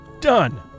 Done